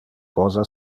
cosa